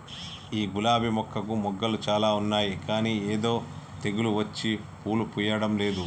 ఈ గులాబీ మొక్కకు మొగ్గలు చాల ఉన్నాయి కానీ ఏదో తెగులు వచ్చి పూలు పూయడంలేదు